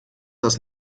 das